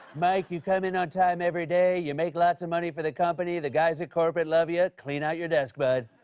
mike, you come in on time every day, you make lots of money for the company, the guys at corporate love you. clean out your desk but